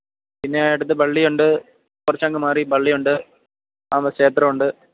പിന്നെ അടുത്ത് പള്ളി ഉണ്ട് കുറച്ചങ്ങ് മാറി പള്ളി ഉണ്ട് ആ ക്ഷേത്രമുണ്ട്